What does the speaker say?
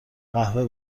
قهوه